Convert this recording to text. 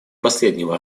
последнего